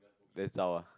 then zao ah